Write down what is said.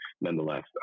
nonetheless